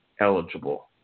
eligible